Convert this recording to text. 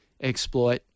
exploit